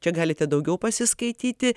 čia galite daugiau pasiskaityti